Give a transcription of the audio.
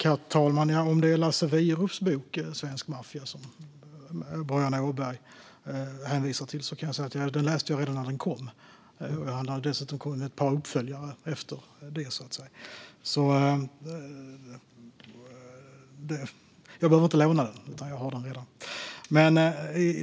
Herr talman! Om det är Lasse Wierups bok Svensk maffia som Boriana Åberg hänvisar till kan jag säga att jag läste den redan när den kom. Han har dessutom kommit med ett par uppföljare efter det. Jag behöver alltså inte låna den, för jag har den redan.